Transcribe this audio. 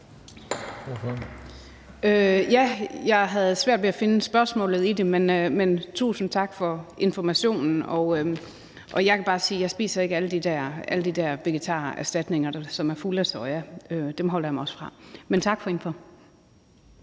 Jeg havde svært ved at finde spørgsmålet i det, men tusind tak for informationen. Jeg kan bare sige, at jeg ikke spiser alle de der køderstatninger, som er fulde af soja; dem holder jeg mig også fra. Men tak for info.